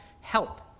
help